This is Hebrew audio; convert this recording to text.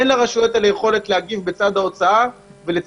אין לרשויות האלה יכולת לצמצם הוצאות